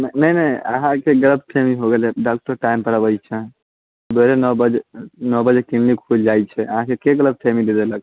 नहि नहि अहाँकेँ गलतफहमी हो गेल हय डॉक्टर टाइम पर अबैत छै सुबेरे नओ बजे नओ बजे क्लिनिक खुलि जाइत छै अहाँके केेँ गलतफहमी दै देलक